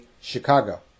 Chicago